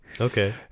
okay